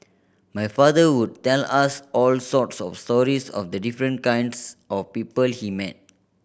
my father would tell us all sorts of stories of the different kinds of people he met